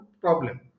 problem